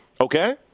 okay